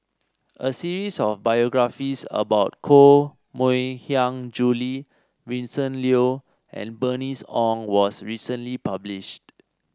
a series of biographies about Koh Mui Hiang Julie Vincent Leow and Bernice Ong was recently published